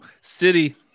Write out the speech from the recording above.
City